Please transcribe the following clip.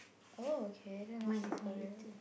oh okay then I circle that